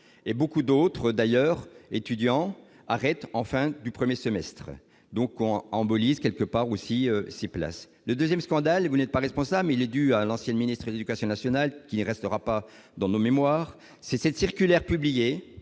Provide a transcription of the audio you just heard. et beaucoup d'autres d'ailleurs étudiant arrête en fin du 1er semestre donc on embolie ce quelque part aussi 6 place le 2ème scandale et vous n'êtes pas responsable mais il est dû à l'ancienne ministre Éducation nationale qui ne restera pas dans nos mémoires, c'est cette circulaire publiée